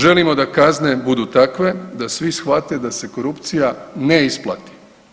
Želimo da kazne budu takve da svi shvate da se korupcija ne isplati.